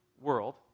world